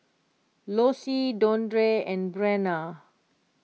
Lossie Dondre and Breanna